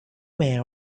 men